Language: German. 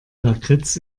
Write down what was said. lakritz